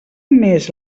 més